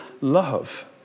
love